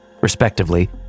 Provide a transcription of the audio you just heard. respectively